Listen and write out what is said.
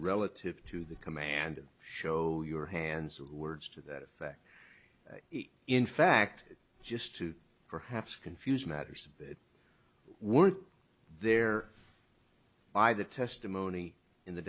relative to the commanded show your hands words to that effect in fact just to perhaps confuse matters that weren't there by the testimony in the